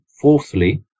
fourthly